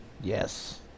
Yes